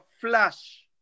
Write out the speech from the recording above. flash